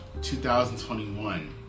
2021